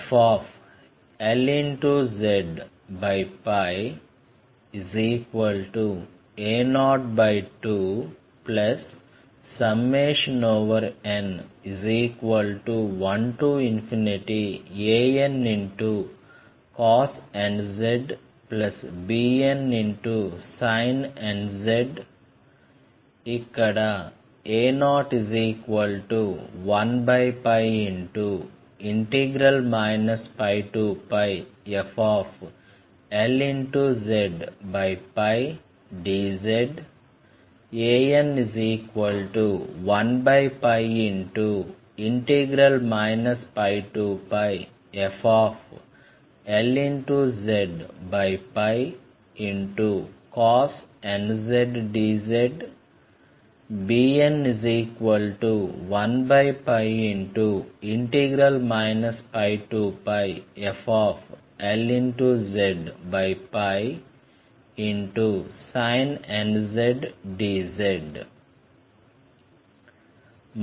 ∴flza02n1ancos nz bnsin nz ఇక్కడ a01 πflzdzan1 πflzcos nz dzbn1 πflzsin nz dz